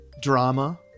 drama